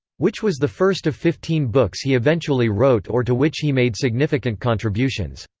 which was the first of fifteen books he eventually wrote or to which he made significant contributions.